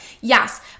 Yes